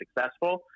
successful